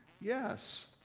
Yes